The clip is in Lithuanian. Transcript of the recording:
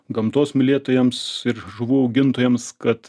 gamtos mylėtojams ir žuvų augintojams kad